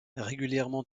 régulièrement